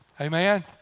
Amen